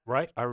Right